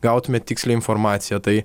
gautumėt tikslią informaciją tai